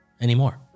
anymore